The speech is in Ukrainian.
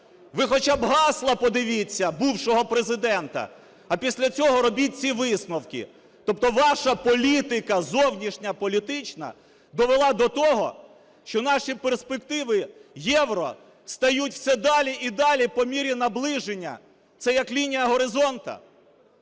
Ви хоча б гасла подивіться бувшого Президента, а після цього робіть ці висновки. Тобто ваша політика зовнішня політична довела до того, що наші перспективи євро стають все далі і далі по мірі наближення. Це як лінія горизонту.